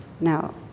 Now